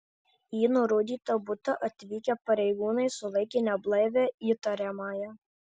į nurodytą butą atvykę pareigūnai sulaikė neblaivią įtariamąją